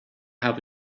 have